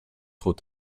trop